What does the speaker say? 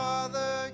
Father